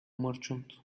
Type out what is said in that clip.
merchant